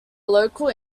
local